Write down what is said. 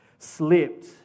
slipped